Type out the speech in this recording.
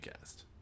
cast